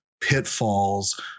pitfalls